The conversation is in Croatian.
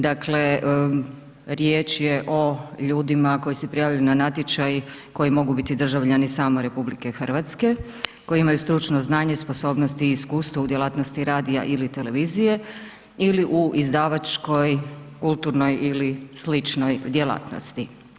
Dakle, riječ je o ljudima koji se prijavljuju na natječaj koji mogu biti državljani samo RH, koji imaju stručno znanje, sposobnosti i iskustvo u djelatnosti radija ili televizije ili u izdavačkoj kulturnoj ili sličnoj djelatnosti.